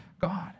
God